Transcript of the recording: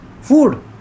food